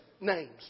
names